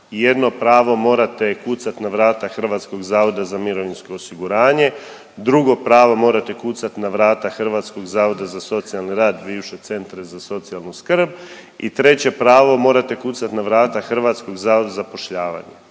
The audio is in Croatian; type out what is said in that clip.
Jedno pravo morate kucat na vrata HZMO-a, drugo pravo morate kucat na vrata Hrvatskog zavoda za socijalni rad, bivše centre za socijalnu skrb i treće pravo morate kucat na vrata Hrvatskog zavoda za zapošljavanje.